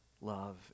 love